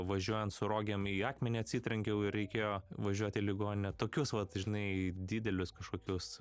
važiuojant su rogėm į akmenį atsitrenkiau ir reikėjo važiuot į ligoninę tokius vat žinai didelius kažkokius